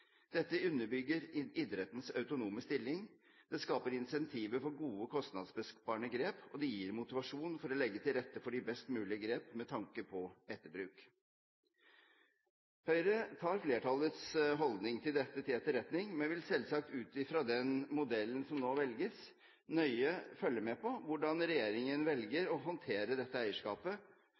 Dette underbygger idrettens autonome stilling, det skaper incentiver for gode kostnadsbesparende grep, og det gir motivasjon til å legge til rette for best mulige grep med tanke på etterbruk. Høyre tar flertallets holdning til dette til etterretning, men vil selvsagt ut fra den modellen som nå velges, nøye følge med på hvordan regjeringen velger å håndtere dette eierskapet,